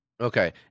Okay